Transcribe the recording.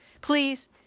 Please